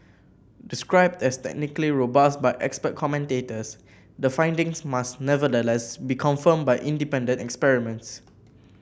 described as technically robust by expert commentators the findings must nevertheless be confirmed by independent experiments